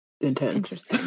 intense